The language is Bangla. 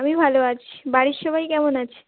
আমি ভালো আছি বাড়ির সবাই কেমন আছে